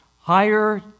higher